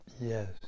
Yes